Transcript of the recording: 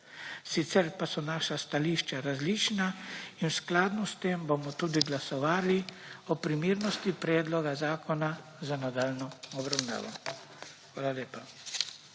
sicer pa so naša stališča različna in skladno s tem bomo tudi glasovali o primernosti predloga zakona za nadaljnjo obravnavo. Hvala lepa.